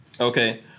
okay